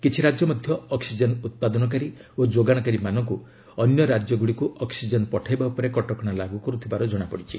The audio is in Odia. କିଛି ରାଜ୍ୟ ମଧ୍ୟ ଅକ୍ଟିଜେନ୍ ଉତ୍ପାଦନକାରୀ ଓ ଯୋଗାଶକାରୀମାନଙ୍କୁ ଅନ୍ୟ ରାଜ୍ୟକୁ ଅକ୍ୱିଜେନ୍ ପଠାଇବା ଉପରେ କଟକଶା ଲାଗୁ କରୁଥିବାର କଣାପଡ଼ିଛି